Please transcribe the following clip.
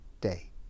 day